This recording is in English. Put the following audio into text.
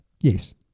Yes